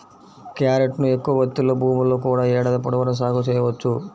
క్యారెట్ను ఎక్కువ ఎత్తులో భూముల్లో కూడా ఏడాది పొడవునా సాగు చేయవచ్చు